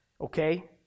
okay